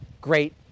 great